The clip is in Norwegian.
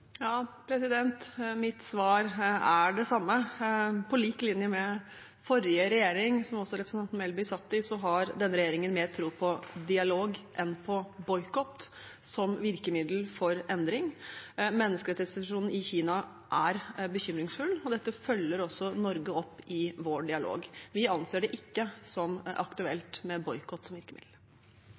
Mitt svar er det samme. På lik linje med forrige regjering, som representanten Melby satt i, har denne regjeringen mer tro på dialog enn på boikott som virkemiddel for endring. Menneskerettighetssituasjonen i Kina er bekymringsfull. Dette følger også Norge opp i vår dialog. Vi anser det ikke som aktuelt med boikott som virkemiddel.